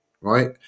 Right